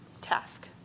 task